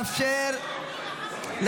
לא מעלילה, אני מאשימה את הפצ"רית.